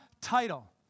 title